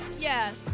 yes